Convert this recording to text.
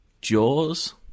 Jaws